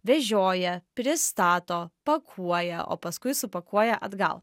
vežioja pristato pakuoja o paskui supakuoja atgal